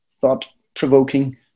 thought-provoking